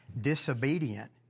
disobedient